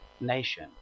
nation